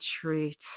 treat